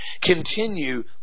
Continue